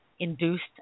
Induced